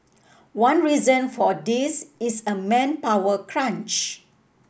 one reason for this is a manpower crunch